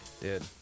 dude